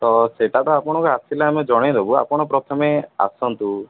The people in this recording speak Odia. ତ ସେଟା ତ ଆପଣଙ୍କ ଆସିଲେ ଆମେ ଜଣେଇ ଦେବୁ ଆପଣ ପ୍ରଥମେ ଆସନ୍ତୁ